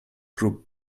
group